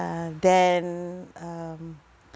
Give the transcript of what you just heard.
then um